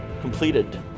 completed